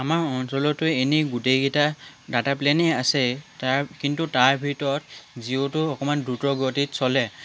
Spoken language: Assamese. আমাৰ অঞ্চলততো এনেই গোটেইকেইটা ডাটা প্লেনেই আছে তাৰ কিন্তু তাৰ ভিতৰত জিঅ'টো অকণমান দ্ৰুতগতিত চলে